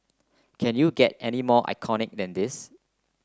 can you get any more iconic than this